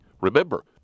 Remember